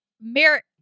merit